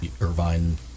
Irvine